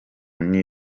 new